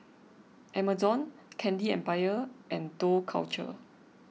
Amazon Candy Empire and Dough Culture